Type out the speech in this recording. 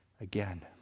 again